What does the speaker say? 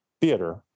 theater